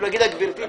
להגיד לה: גברתי,